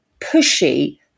pushy